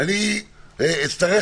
ואני אצטרך,